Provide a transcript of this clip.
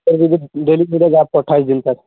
four G بی daily ملے گا آپ کو اٹھائیس دن تک